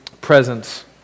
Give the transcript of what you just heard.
presence